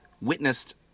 witnessed